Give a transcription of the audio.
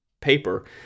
paper